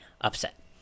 upset